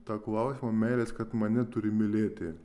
to klausimo meilės kad mane turi mylėti